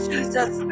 Jesus